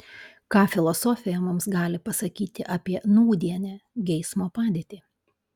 ką filosofija mums gali pasakyti apie nūdienę geismo padėtį